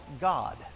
God